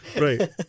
right